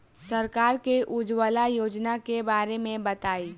सरकार के उज्जवला योजना के बारे में बताईं?